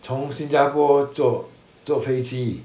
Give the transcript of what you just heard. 从新加坡坐坐飞机